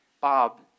Bob